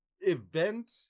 Event